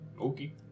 okay